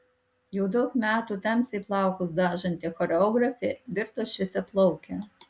jau daug metų tamsiai plaukus dažanti choreografė virto šviesiaplauke